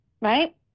Right